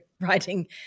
writing